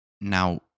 Now